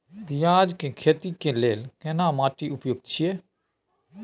पियाज के खेती के लेल केना माटी उपयुक्त छियै?